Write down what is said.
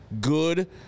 good